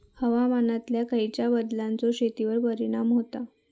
हवामानातल्या खयच्या बदलांचो शेतीवर परिणाम होता?